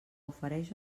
ofereix